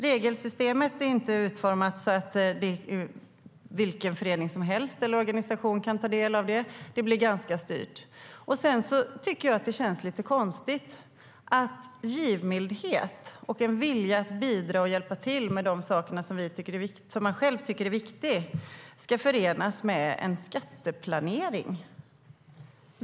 Regelsystemet är inte utformat så att vilken förening eller organisation som helst kan ta del av det. Det blir ganska styrt. Jag tycker att det känns lite konstigt att givmildhet och en vilja att bidra och hjälpa till med saker som man tycker är viktiga ska förenas med skatteplanering.